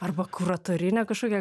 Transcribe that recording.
arba kuratorinę kažkokią